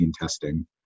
testing